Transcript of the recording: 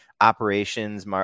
operations